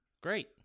Great